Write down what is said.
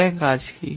এটার কাজ কি